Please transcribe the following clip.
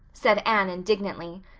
said anne indignantly,